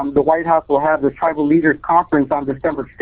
um the white house will have their tribal leaders conference on december five,